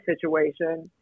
situation